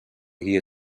guia